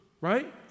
right